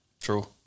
True